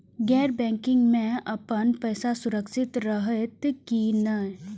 गैर बैकिंग में अपन पैसा सुरक्षित रहैत कि नहिं?